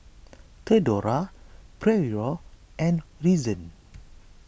theodora Pryor and Reason